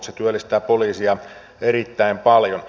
se työllistää poliisia erittäin paljon